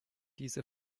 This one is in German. diese